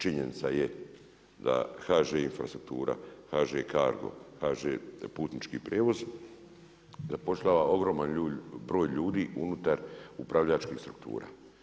Činjenica je da HŽ Infrastruktura, HŽ Cargo, HŽ Putnički prijevoz zapošljava ogroman broj ljudi unutar upravljačkih struktura.